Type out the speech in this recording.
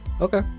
Okay